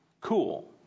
cool